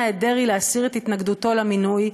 את דרעי להסיר את התנגדותו למינוי.